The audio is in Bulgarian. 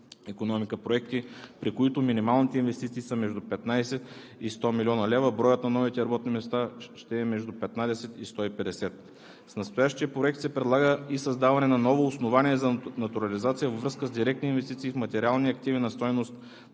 икономика проекти, при които минималните инвестиции са между 15 и 100 млн. лв., броят на новите работни места ще е между 15 и 150. С настоящия проект се предлага и създаване на ново основание за натурализация във връзка с директни инвестиции в материални активи на стойност